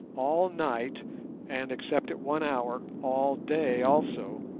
all night and, except at one hour, all day also,